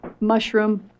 mushroom